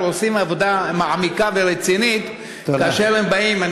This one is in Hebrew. עושים עבודה מעמיקה ורצינית כאשר הם באים -- תודה.